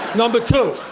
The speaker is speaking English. number two,